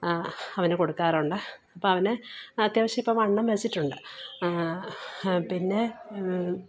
അവന് കൊടുക്കാറുണ്ട് അപ്പം അവന് അത്യാവശ്യം ഇപ്പം വണ്ണം വച്ചിട്ടുണ്ട് പിന്നെ